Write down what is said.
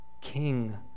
king